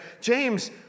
James